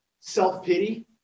self-pity